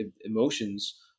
emotions